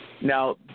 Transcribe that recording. Now